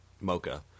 mocha